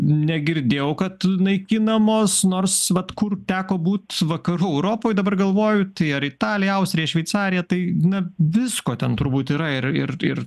negirdėjau kad naikinamos nors vat kur teko būt vakarų europoje dabar galvoju tai ar italija austrija šveicarija tai na visko ten turbūt yra ir ir ir